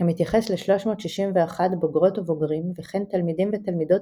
המתייחס ל-361 בוגרות ובוגרים וכן תלמידים ותלמידות